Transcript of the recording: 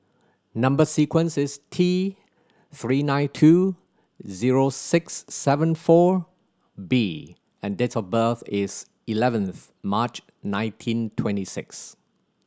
number sequence is T Three nine two zero six seven four B and date of birth is eleventh March nineteen twenty six